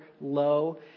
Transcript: low